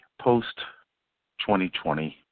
post-2020